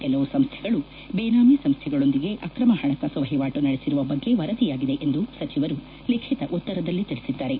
ಕೆಲವು ಸಂಸ್ಥೆಗಳು ಬೇನಾಮಿ ಸಂಸ್ಥೆಗಳೊಂದಿಗೆ ಅಕ್ರಮ ಪಣಹಾಸು ವಹಿವಾಟು ನಡೆಸಿರುವ ಬಗ್ಗೆ ವರದಿಯಾಗಿವೆ ಎಂದು ಸಚಿವರು ಲಿಖಿತ ಉತ್ತರದಲ್ಲಿ ತಿಳಿಸಿದ್ದಾರೆ